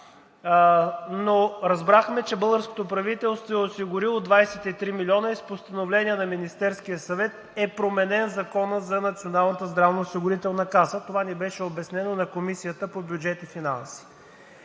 но разбрахме, че българското правителство е осигурило 23 милиона и с постановление на Министерския съвет е променен Законът за Националната здравноосигурителна каса. Това ни беше обяснено на Комисията по бюджет и финанси.